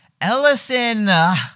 Ellison